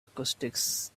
acoustics